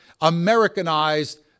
Americanized